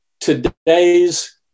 today's